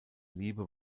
liebe